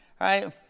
right